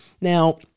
now